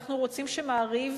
אנחנו רוצים ש"מעריב"